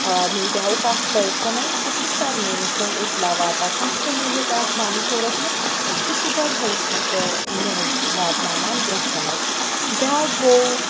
میٖڈیاہُک اَکھ پٔرسَن حظ سُہ چھُ سارنٕے نِش حظ اِطلاع واتان کانٛہہ تہِ نِوٕز آسہِ بانٛڈی پوراہَس منٛز سُہ چھُ گۄڈٕ حظ چھِ سُہ نِوٕز واتناوان برٛونٛہہ کُن حظ بیٛاکھ گوٚو